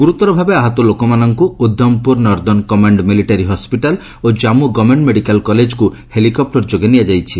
ଗୁରୁତର ଭାବେ ଆହତ ଲୋକମାନଙ୍କୁ Udhampur northern command military hospital ଓ କାନ୍ନୁ ଗଭର୍ଷମେଣ୍ଟ ମେଡିକାଲ୍ କଲେଜ୍କୁ ହେଲିକେପ୍ଟର ଯୋଗେ ନିଆଯାଇଛି